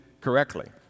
correctly